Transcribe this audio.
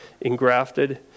engrafted